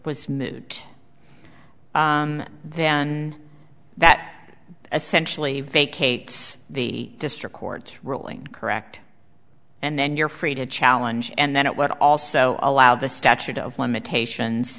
moot then that essentially vacate the district court ruling correct and then you're free to challenge and then it would also allow the statute of limitations